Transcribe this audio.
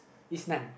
is none